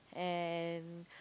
and